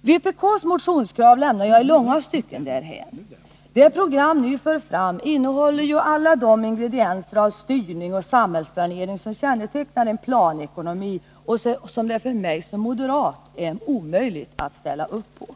Vpk:s motionskrav lämnar jag i långa stycken därhän. Det program ni för fram innehåller alla de ingredienser av styrning och samhällsplanering som kännetecknar en planekonomi och som det för mig som är moderat är omöjligt att ställa upp på.